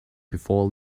before